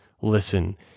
listen